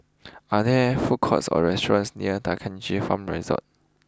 are there food courts or restaurants near D'Kranji Farm Resort